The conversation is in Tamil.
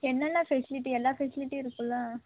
என்னெல்லாம் ஃபெசிலிட்டி எல்லா ஃபெசிலிட்டியும் இருக்குதுல்ல